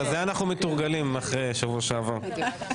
בזה אנחנו מתורגלים אחרי שבוע שעבר.